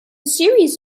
series